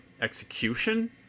execution